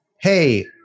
Hey